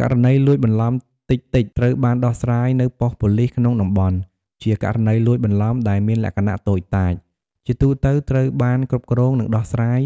ករណីលួចបន្លំតិចៗ ត្រូវបានដោះស្រាយនៅប៉ុស្តិ៍ប៉ូលិសក្នុងតំបន់ ជាករណីលួចបន្លំដែលមានលក្ខណៈតូចតាច ជាទូទៅត្រូវបានគ្រប់គ្រង និងដោះស្រាយ